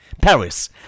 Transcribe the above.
Paris